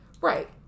Right